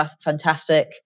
fantastic